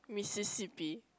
Mississippi